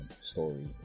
story